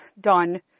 done